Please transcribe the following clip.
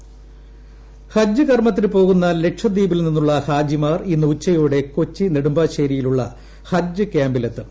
ഹജ്ജ് ഹജ്ജ് കർമ്മത്തിന് പോകുള്ളൂ ലക്ഷദ്വീപിൽ നിന്നുള്ള ഹാജിമാർ ഇന്ന് ഉച്ചയോടെ കൊച്ചി നെട്ടുമ്പാശ്ശേരിയിലുള്ള ഹജ്ജ് ക്യാമ്പിലെത്തും